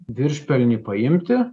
viršpelnį paimti